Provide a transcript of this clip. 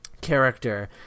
character